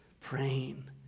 praying